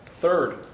Third